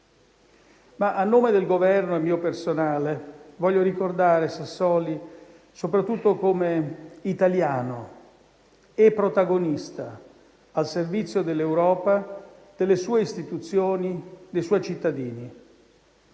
Ma, a nome del Governo e mio personale, voglio ricordare Sassoli soprattutto come italiano e protagonista al servizio dell'Europa, delle sue istituzioni, dei suoi cittadini.